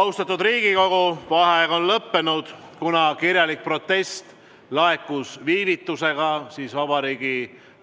Austatud Riigikogu! Vaheaeg on lõppenud. Kuna kirjalik protest laekus viivitusega, siis Vabariigi